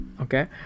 Okay